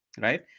Right